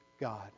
God